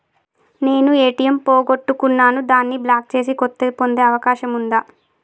నేను ఏ.టి.ఎం పోగొట్టుకున్నాను దాన్ని బ్లాక్ చేసి కొత్తది పొందే అవకాశం ఉందా?